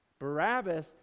Barabbas